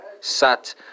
Sat